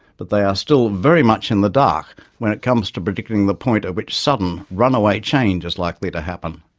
but they are still very much in the dark when it comes to predicting the point at which sudden, runaway change is likely to happen.